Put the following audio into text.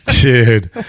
dude